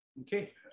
Okay